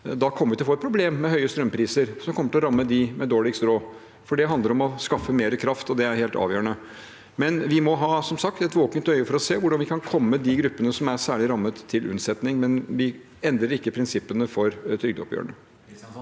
3809 vi til å få et problem med høye strømpriser, noe som kommer til å ramme dem med dårligst råd. Det handler om å skaffe mer kraft, og det er helt avgjørende. Vi må som sagt ha et våkent øye for å se hvordan vi kan komme de gruppene som er særlig rammet, til unnsetning, men vi endrer ikke prinsippene for trygdeoppgjørene.